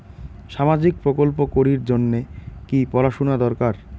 সামাজিক প্রকল্প করির জন্যে কি পড়াশুনা দরকার?